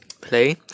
play